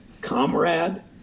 comrade